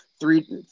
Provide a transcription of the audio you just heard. three